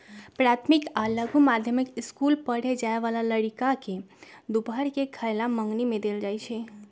प्राथमिक आ लघु माध्यमिक ईसकुल पढ़े जाय बला लइरका के दूपहर के खयला मंग्नी में देल जाइ छै